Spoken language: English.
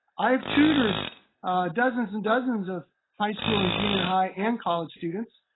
i have tutored dozens and dozens of high school and junior high and college students,